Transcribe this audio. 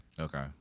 Okay